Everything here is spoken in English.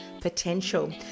potential